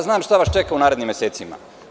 Znam šta vas čeka u narednim mesecima.